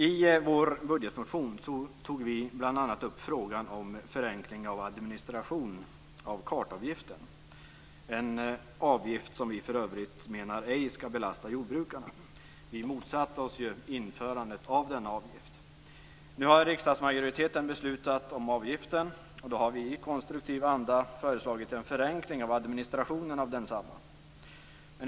I vår budgetmotion tog vi bl.a. upp frågan om förenkling av administration av kartavgiften - en avgift som vi för övrigt menar ej skall belasta jordbrukarna. Vi motsatte oss införandet av denna avgift. Nu har riksdagsmajoriteten beslutat om avgiften, och då har vi i konstruktiv anda föreslagit en förenkling av administrationen av densamma.